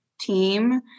team